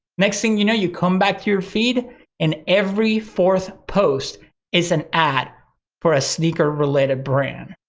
next thing you know, you come back to your feed and every fourth post is an ad for a sneaker related brand.